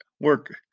work